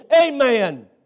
Amen